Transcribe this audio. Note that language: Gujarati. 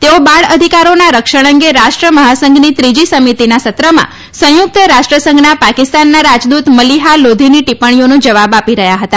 તેઓ બાળ અધિકારોનાં રક્ષણ અંગે રાષ્ટ્ર મહાસંઘની ત્રીજી સમિતિના સત્રમાં સંયુક્ત રાષ્ટ્ર સંઘના પાકિસ્તાનના રાજદુત મલિહા લોધીની ટીપ્પણીઓનો જવાબ આપી રહ્યા હતા